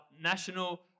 National